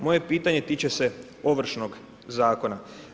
Moje pitanje tiče se Ovršnog zakona.